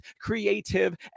creative